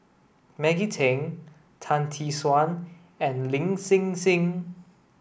Maggie Teng Tan Tee Suan and Lin Hsin Hsin